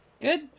Good